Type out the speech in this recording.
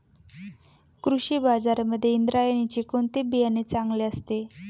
कृषी बाजारांमध्ये इंद्रायणीचे कोणते बियाणे चांगले असते?